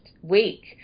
week